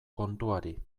kontuari